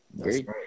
Great